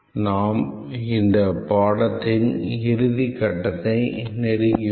நாம் இந்த பாடத்தின் இறுதி கட்டத்தை நெருங்கியுள்ளோம்